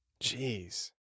Jeez